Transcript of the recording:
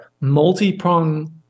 multi-prong